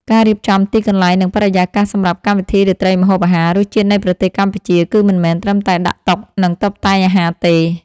ការរៀបចំទីកន្លែង និងបរិយាកាសសម្រាប់កម្មវិធីរាត្រីម្ហូបអាហារ “រសជាតិនៃប្រទេសកម្ពុជា” គឺមិនមែនត្រឹមតែដាក់តុ និងតុបតែងអាហារទេ